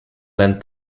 lent